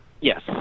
Yes